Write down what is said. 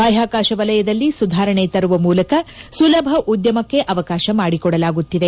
ಬಾಹ್ನಾಕಾಶ ವಲಯದಲ್ಲಿ ಸುಧಾರಣೆ ತರುವ ಮೂಲಕ ಸುಲಭ ಉದ್ದಮಕ್ಷೆ ಅವಕಾಶ ಮಾಡಿಕೊಡಲಾಗುತ್ತಿದೆ